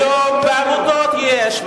היום בעמותות יש,